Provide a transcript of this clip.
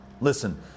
listen